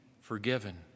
forgiven